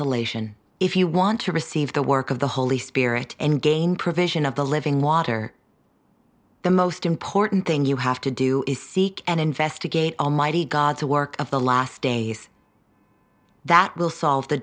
solation if you want to receive the work of the holy spirit and gain provision of the living water the most important thing you have to do is seek and investigate almighty god the work of the last days that will solve the